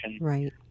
right